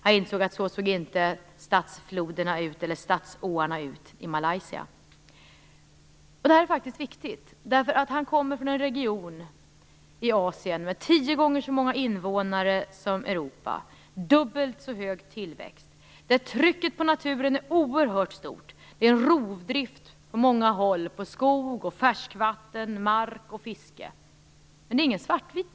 Han visste att motsvarande inte gällde vad avser vattendragen i städerna i Malaysia. Det här är faktiskt viktigt. Han kommer från en region i Asien tio gånger så tätbefolkad som Europa och med dubbelt så hög tillväxt. Trycket på naturen är oerhört stort. På många håll förekommer en rovdrift på skog och på färskvatten, på mark och på fiske. Men bilden är inte svartvit.